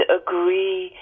agree